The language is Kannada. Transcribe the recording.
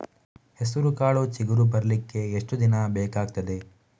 ಹೆಸರುಕಾಳು ಚಿಗುರು ಬರ್ಲಿಕ್ಕೆ ಎಷ್ಟು ದಿನ ಬೇಕಗ್ತಾದೆ?